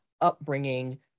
upbringing